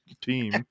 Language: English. team